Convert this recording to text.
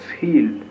healed